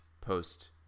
post